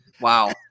Wow